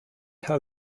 how